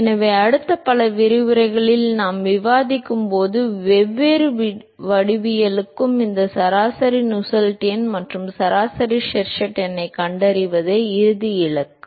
எனவே அடுத்த பல விரிவுரைகளில் நாம் விவாதிக்கும் அனைத்து வெவ்வேறு வடிவவியலுக்கும் இந்த சராசரி நுசெல்ட் எண் மற்றும் சராசரி ஷெர்வுட் எண்ணைக் கண்டறிவதே இறுதி இலக்கு